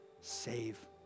save